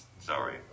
sorry